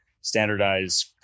standardize